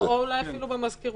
אולי אפילו במזכירות.